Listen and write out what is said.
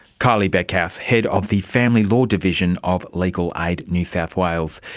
kylie beckhouse, head of the family law division of legal aid new south wales.